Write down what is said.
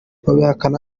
babihakana